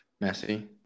Messy